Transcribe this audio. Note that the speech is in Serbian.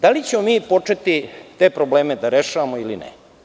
Da li ćemo mi početi te probleme da rešavamo ili ne?